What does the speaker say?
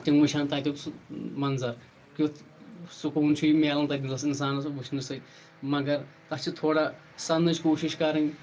تِم وٕچھ ہَن تَتیُٚک سُہ منظر کیُٚتھ سُکوٗن چھُ مِلَن تَتہِ دِلَس اِنسانَس وٕچھنہٕ سۭتۍ مگر تَتھ چھِ تھوڑا سَننٕچ کوٗشِش کَرٕنۍ